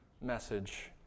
message